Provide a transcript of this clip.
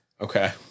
Okay